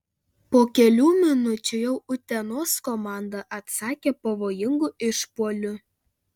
po kelių minučių jau utenos komanda atsakė pavojingu išpuoliu